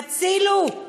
הצילו,